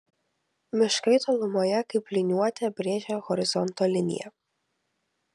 miškai tolumoje kaip liniuote brėžia horizonto liniją